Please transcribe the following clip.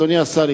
אדוני השר,